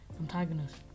antagonist